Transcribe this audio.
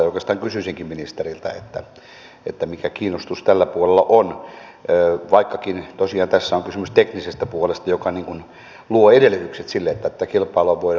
oikeastaan kysyisinkin ministeriltä mikä kiinnostus tällä puolella on vaikkakin tosiaan tässä on kysymys teknisestä puolesta joka luo edellytykset sille että kilpailua voidaan avata